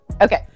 okay